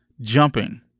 jumping